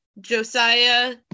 Josiah